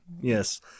Yes